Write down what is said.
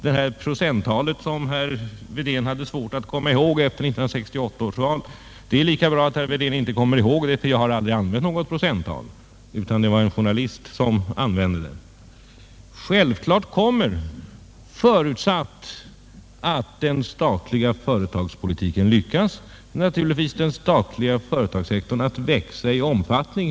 Det procenttal, som jag skulle ha angivit efter 1968 års val och som herr Wedén inte kunde erinra sig, behöver han inte anstränga sig för att komma ihåg. Jag har aldrig uppgivit något sådant procenttal. Det var en journalist som gjorde det. Självfallet kommer, förutsatt att den statliga företagspolitiken lyckas, denna att växa i omfattning.